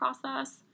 process